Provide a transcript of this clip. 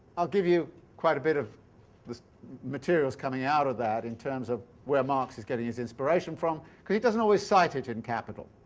i'll give you quite a bit of the materials coming out of that, in terms of where marx is getting his inspiration from, because he doesn't always cite it in capital.